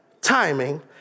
timing